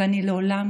ואני לעולם